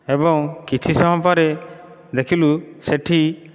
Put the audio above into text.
ଏବଂ କିଛି ସମୟ ପରେ ଦେଖିଲୁ ସେଇଠି